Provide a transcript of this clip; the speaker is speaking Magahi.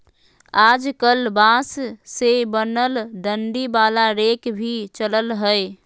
आजकल बांस से बनल डंडी वाला रेक भी चलल हय